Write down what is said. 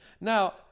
Now